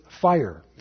fire